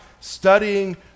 studying